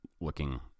looking